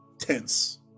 tense